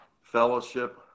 fellowship